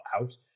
out